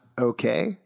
okay